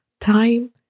time